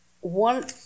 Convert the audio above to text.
one